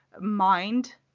mind